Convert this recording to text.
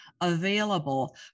available